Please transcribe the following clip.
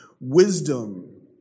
Wisdom